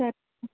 సరే